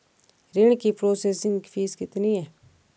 ऋण की processing fees कितनी है?